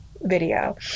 video